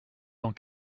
dans